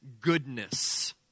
goodness